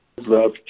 Love